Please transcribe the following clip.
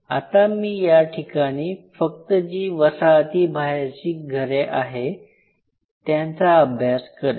आता मी या ठिकाणी फक्त जी वसाहती बाहेरची घरे आहे त्याचा अभ्यास करेल